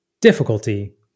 Difficulty